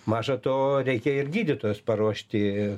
maža to reikia ir gydytojus paruošti